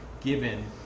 given